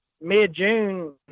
mid-June